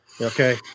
okay